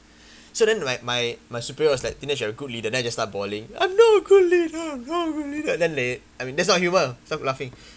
so then my my my superiors was like dinesh you're a good leader then I just bawling I'm not a good leader not good leader then they I mean that's not humour stop laughing